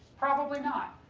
probably not.